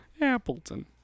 Appleton